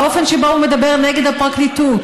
האופן שבו הוא מדבר נגד הפרקליטות,